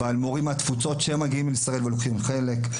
אבל מורים מהתפוצות שמגיעים לישראל ולוקחים חלק,